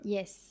Yes